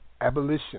Abolition